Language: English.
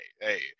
Hey